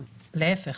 להיפך,